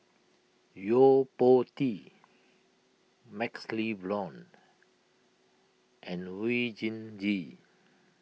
Yo Po Tee MaxLe Blond and Oon Jin Gee